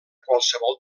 qualsevol